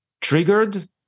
triggered